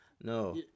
no